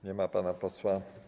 Nie ma pana posła.